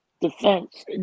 defense